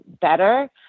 better